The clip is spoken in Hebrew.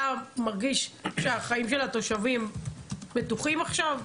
אתה מרגיש שהחיים של התושבים בטוחים עכשיו?